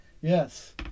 Yes